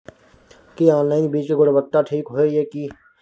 की online बीज के गुणवत्ता ठीक होय ये की?